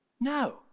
No